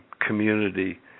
community